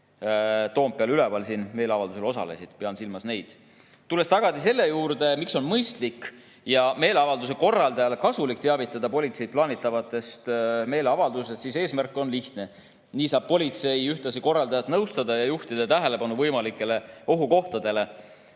Toompeal meeleavaldusel osalesid. Tulles tagasi selle juurde, miks on mõistlik ja meeleavalduse korraldajale kasulik teavitada politseid plaanitavast meeleavaldusest, selgitan, et eesmärk on lihtne: nii saab politsei ühtlasi korraldajat nõustada ja juhtida tähelepanu võimalikele ohukohtadele.